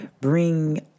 bring